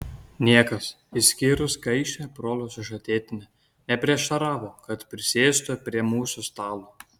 niekas išskyrus gaižią brolio sužadėtinę neprieštaravo kad prisėstų prie mūsų stalo